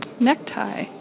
necktie